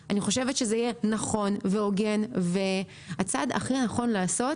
אני חושבת שזה יהיה נכון והוגן והצעד הכי נכון לעשות